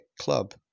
club